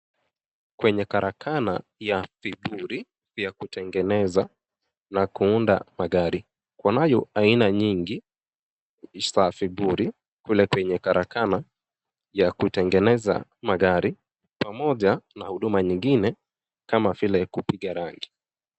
Kwenya karakana ya vipuri ya kutengeneza na kuunda magari. Kunayo aina nyingi za vipuri penye karakana ya kutengeneza magari pamoja na huduma nyingine kama vile kupiga rangi.